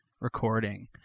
recording